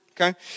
Okay